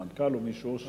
עם המנכ"ל או מישהו.